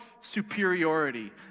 superiority